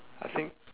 I think